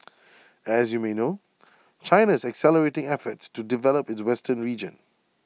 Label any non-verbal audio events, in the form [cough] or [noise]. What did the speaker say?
[noise] as you may know China is accelerating efforts to develop its western region